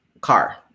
car